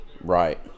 Right